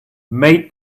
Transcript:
made